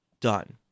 done